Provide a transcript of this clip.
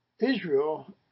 Israel